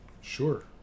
Sure